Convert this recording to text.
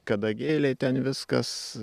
kadagėliai ten viskas